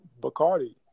Bacardi